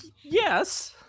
Yes